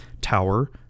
Tower